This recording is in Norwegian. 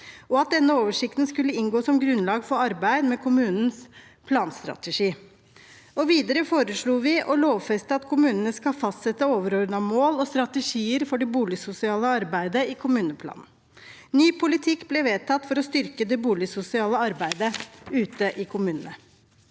og at denne oversikten skulle inngå som grunnlag for arbeid med kommunens planstrategi. Videre foreslo vi å lovfeste at kommunene skal fastsette overordnede mål og strategier for det boligsosiale arbeidet i kommuneplanen. Ny politikk ble vedtatt for å styrke det boligsosiale arbeidet ute i kommunene.